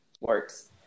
works